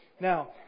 Now